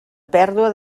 pèrdua